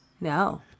No